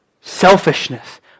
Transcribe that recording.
selfishness